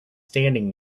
standing